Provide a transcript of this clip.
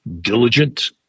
diligent